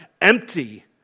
empty